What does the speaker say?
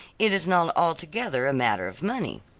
it is not altogether a matter of money.